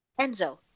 Enzo